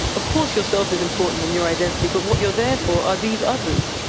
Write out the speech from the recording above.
of course yourself is important in your identity, but what you're there for are these others,